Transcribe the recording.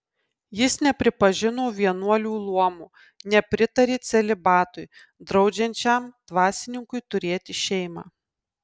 jis nepripažino vienuolių luomo nepritarė celibatui draudžiančiam dvasininkui turėti šeimą